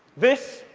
this,